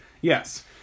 Yes